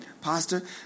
pastor